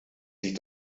sich